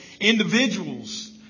Individuals